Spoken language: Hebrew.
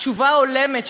תשובה הולמת,